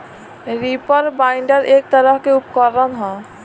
reaper binder एक तरह के उपकरण ह